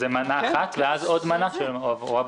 זה מנה אחת ואז עוד מנה בעודפים.